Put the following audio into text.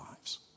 lives